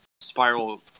spiral